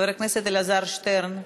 חבר הכנסת אלעזר שטרן,